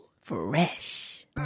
Fresh